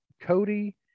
Cody